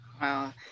Wow